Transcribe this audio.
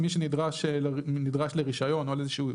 מי שנדרש לרישיון או לאיזשהו